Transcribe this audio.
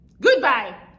Goodbye